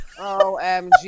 OMG